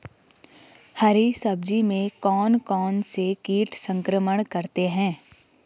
हरी सब्जी में कौन कौन से कीट संक्रमण करते हैं?